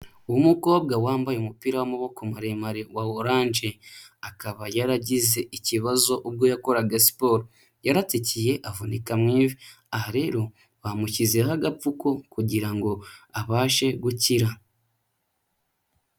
Umukobwa wambaye umupira w'amaboko maremare wa oranje, akaba yaragize ikibazo ubwo yakoraga siporo yaratsikiye avunika mu ivi, aha rero bamushyizeho agapfuko kugira ngo abashe gukira.